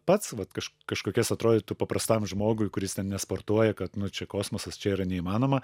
pats vat kaž kažkokias atrodytų paprastam žmogui kuris ten nesportuoja kad nu čia kosmosas čia yra neįmanoma